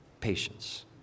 Patience